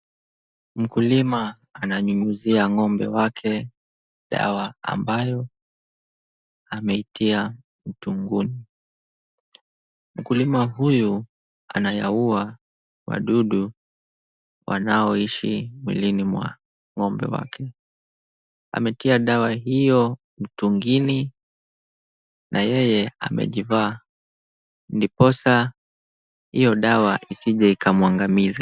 Mkulima ananyunyizia ng'ombe wake dawa ambayo, ameitia mtungini. Mkulima huyu anawaua wadudu wanaoishi mwilini mwa ng'ombe wake. Ametia dawa hiyo mtungini na yeye amejivaa ndiposa, dawa hiyo isije ikamwangamiza.